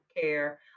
care